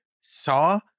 saw